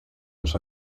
los